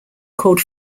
called